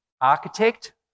architect